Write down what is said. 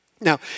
Now